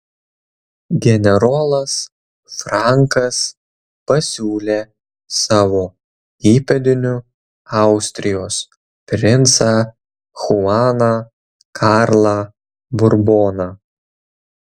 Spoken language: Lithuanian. generolas frankas pasiūlė savo įpėdiniu austrijos princą chuaną karlą burboną